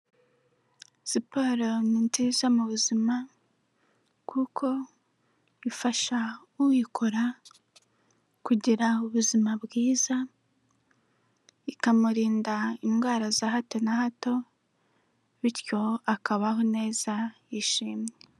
Siporo ni nziza mu buzima kuko ifasha uyikora kugira ubuzima bwiza ikamurinda indwara za hato na hato bityo akabaho neza yishimye.